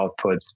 outputs